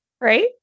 right